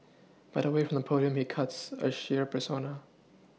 but away from the podium he cuts a shyer persona